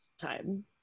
time